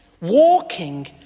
walking